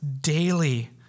daily